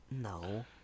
No